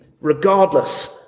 regardless